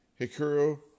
Hikaru